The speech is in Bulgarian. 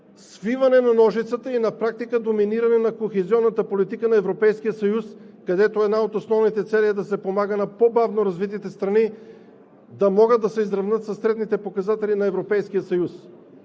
свиване на ножицата и на практика доминиране на кохезионната политика на Европейския съюз, където една от основните цели е да се помага на по-бавно развитите страни, за да могат да се изравнят със средните показатели на